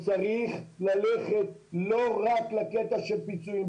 צריך ללכת לא רק לקטע של פיצויים,